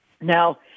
Now